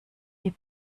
die